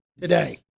today